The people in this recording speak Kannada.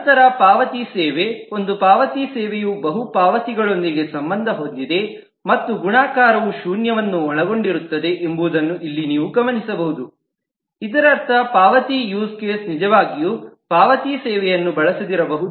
ನಂತರ ಪಾವತಿ ಸೇವೆ ಒಂದು ಪಾವತಿ ಸೇವೆಯು ಬಹು ಪಾವತಿಗಳೊಂದಿಗೆ ಸಂಬಂಧ ಹೊಂದಿದೆಮತ್ತು ಗುಣಾಕಾರವು ಶೂನ್ಯವನ್ನು ಒಳಗೊಂಡಿರುತ್ತದೆ ಎಂಬುದನ್ನು ಇಲ್ಲಿ ನೀವು ಗಮನಿಸಬಹುದು ಇದರರ್ಥ ಪಾವತಿ ಯೂಸ್ ಕೇಸ್ ನಿಜವಾಗಿಯೂ ಪಾವತಿ ಸೇವೆಯನ್ನು ಬಳಸದಿರಬಹುದು